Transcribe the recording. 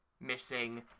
missing